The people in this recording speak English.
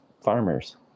farmers